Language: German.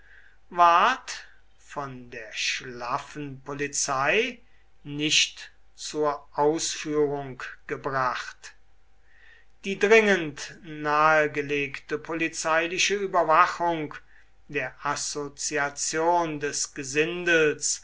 ward von der schlaffen polizei nicht zur ausführung gebracht die dringend nahegelegte polizeiliche überwachung der assoziation des gesindels